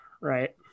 right